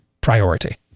priority